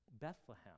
Bethlehem